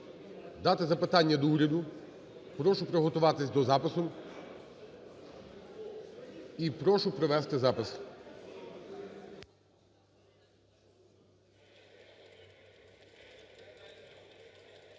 дати запитання до уряду, прошу приготуватися до запису і прошу провести запис.